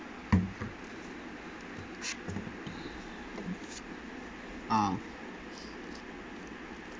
orh